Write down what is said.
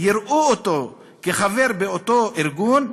"כחבר באותו ארגון,